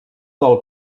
del